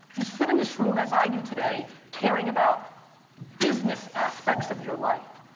you sit in this room as i do today caring about business aspects of your life.